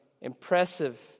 impressive